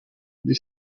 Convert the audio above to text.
les